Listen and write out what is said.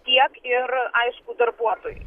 tiek ir aišku darbuotojui